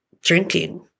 drinking